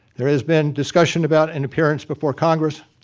there has been discussion about an appearance before congress.